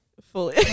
fully